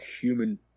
human